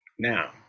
Now